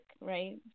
right